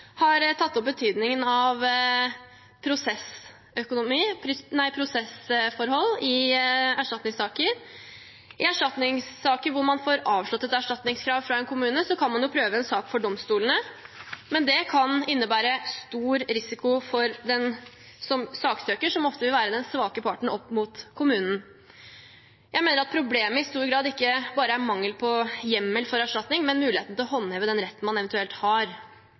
har tatt opp betydningen av prosessforhold i erstatningssaker. I erstatningssaker hvor man får avslått et erstatningskrav fra en kommune, kan man jo prøve en sak for domstolene, men det kan innebære stor risiko for den som saksøker, som ofte vil være den svake parten opp mot kommunen. Jeg mener at problemet i stor grad ikke bare er mangel på hjemmel for erstatning, men muligheten til å håndheve den retten man eventuelt har. Etterpå i dag skal vi behandle en sak om at de som har